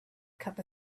cup